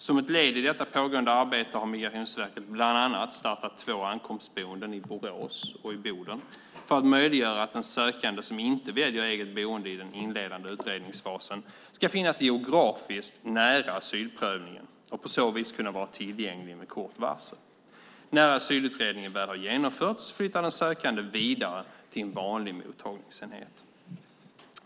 Som ett led i detta pågående arbete har Migrationsverket bland annat startat två ankomstboenden, i Borås och i Boden, för att möjliggöra att en sökande som inte väljer eget boende i den inledande utredningsfasen ska finnas geografiskt nära asylprövningen och på så vis kunna vara tillgänglig med kort varsel. När asylutredningen väl har genomförts flyttar den sökande vidare till en vanlig mottagningsenhet.